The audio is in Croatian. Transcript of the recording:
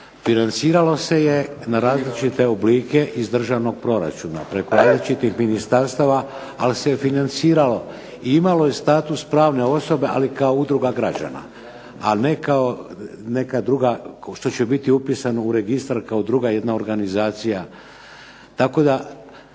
Financiralo se je na različite oblike iz državnog proračuna, preko različitih ministarstva ali se financiralo i imalo je status pravne osobe ali kao udruga građana, a ne kao neka druga što će biti upisano u registar kao druga jedna organizacija.